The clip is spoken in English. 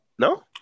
No